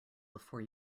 before